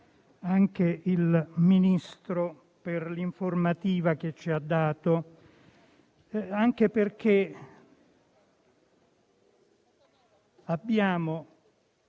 il Ministro per l'informativa che ci ha dato, anche perché vi sono